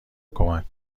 کمک